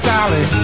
Sally